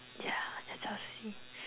yeah S_L_C